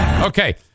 Okay